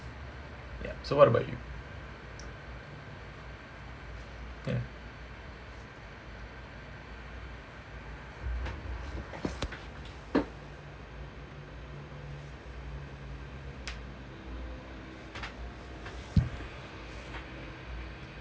ya so what about you ya